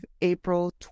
April